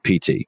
PT